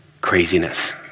craziness